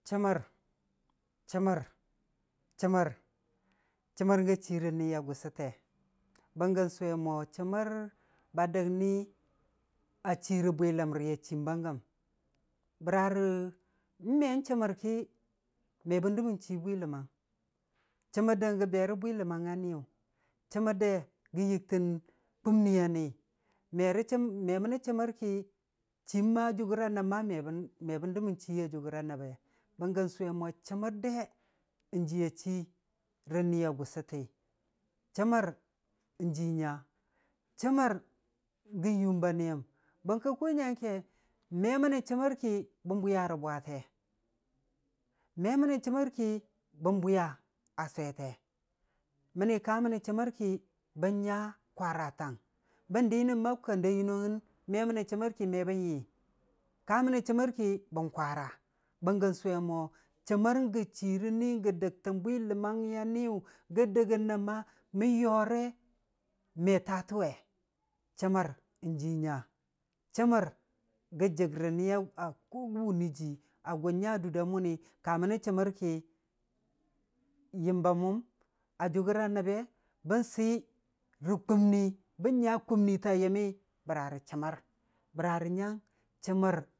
Chəmmər, chəmmər, chəmmər, chəmmər ga chii rə niya gʊsʊte, bənggə sʊwe mo chəmmər ba dəg ni a chii rə bwi ləmri ə chiim ba gəm, bəra rə n'men chəmmər ki me bən dəmən chii bwi ləmmang, chəmmər də gə be rə bwiləmang a niyʊ, chəmmər de gə yɨgtən kumnii a ni, me rə chəm me mənə chəmmər ki, chiima jʊgəra nəb ma, me bən me bən dəmən chiiya jʊgʊra nəbbe, bənggə sʊwe mo chəmməd de, n'jiiya chii rə niya gʊsʊti, chəmmər n'ji nya, chəmmər gən yuum ba niyəm, bəng kə kʊ nyangke, me mənə chəmmər ki bən bwiya rə bwate, me mənə chəmmər ki bən bwiya a swete, mənni ka mənə chəmmər ki bən nya kwaratang, bən di nən ma kan da yɨnɨngugən me mə nə chəmmər ki me bənyi, ka mənə chəmmər ki bən kwara, bənggə sʊwe mo chəmmər gə chii rə ni gə dəgtən bwi ləmmanga niyʊ, gə dəgənə ma mən yoore me taatə we, chəmmər n'jii nya, chəmmər gə jəgrə niya a ko gən wunɨ jii, a gʊn nya dud da mʊn wi ka mənnə chəmmər ki, yəm ba mʊm a jʊgʊra nəbbe bən si rə kumnii, bən nya kumnii ta yəmmi bəra rə chəmmər, bəra rə yinya chəmmər